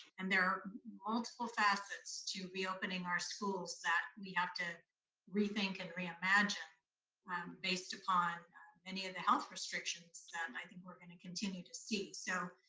and there are multiple facets to be opening our schools that we have to rethink and reimagine based upon many of the health restrictions that i think we're gonna continue to see. so